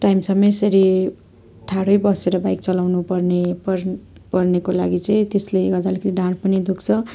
टाइमसम्म यसरी ठाडै बसेर बाइक चलाउनुपर्ने पर् पर्नेको लागि चाहिँ त्यसले गर्दा अलिकति ढाड पनि दुख्छ